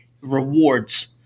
rewards